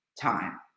Time